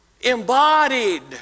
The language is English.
embodied